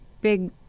big